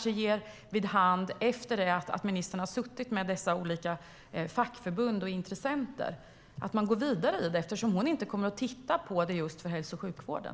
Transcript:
Efter det att ministern har suttit med dessa olika fackförbund och intressenter kanske man behöver gå vidare, eftersom utredaren inte kommer att titta på detta just för hälso och sjukvården.